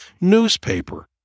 newspaper